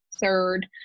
third